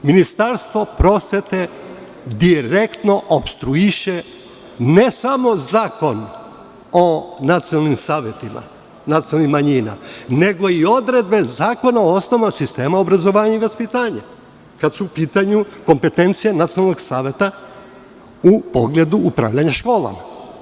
Ministarstvo prosvete direktno opstrujiše, ne samo Zakon o nacionalnim savetima nacionalnih manjina, nego i odredbe Zakona o osnovama sistema obrazovanja i vaspitanja, kada su u pitanju kompetencije Nacionalnog saveta u pogledu upravljanja školama.